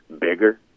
bigger